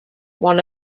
one